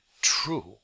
True